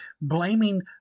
blaming